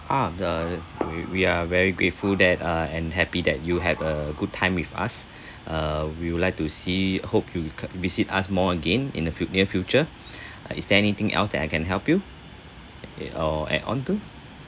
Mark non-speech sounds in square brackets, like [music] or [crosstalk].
ah the we we are very grateful that uh and happy that you had a good time with us [breath] uh we would like to see hope you could visit us more again in the fu~ near future [breath] uh is there anything else that I can help you or add onto